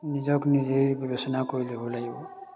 নিজক নিজেই বিবেচনা কৰি ল'ব লাগিব